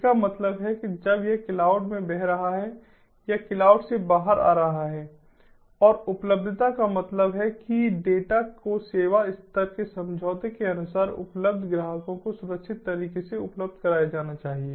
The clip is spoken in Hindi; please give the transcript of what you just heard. इसका मतलब है जब यह क्लाउड में बह रहा है या क्लाउड से बाहर आ रहा है और उपलब्धता का मतलब है कि डेटा को सेवा स्तर के समझौते के अनुसार उपलब्ध ग्राहकों को सुरक्षित तरीके से उपलब्ध कराया जाना चाहिए